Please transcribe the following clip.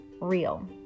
real